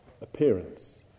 appearance